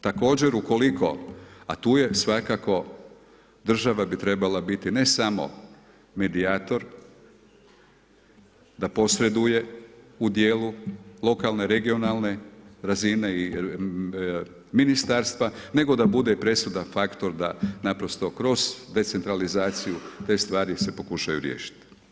Također, ukoliko a tu je svakako, država bi trebala biti ne samo medijator da posreduje u dijelu lokalne, regionalne razine i ministarstva nego da bude presudan faktor d naprosto kroz decentralizaciju te stvari se pokušaju riješiti.